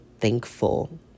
thankful